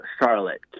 charlotte